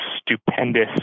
stupendous